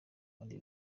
kandi